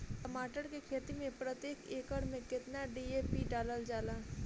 टमाटर के खेती मे प्रतेक एकड़ में केतना डी.ए.पी डालल जाला?